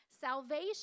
Salvation